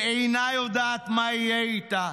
ואינה יודעת מה יהיה איתה,